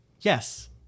Yes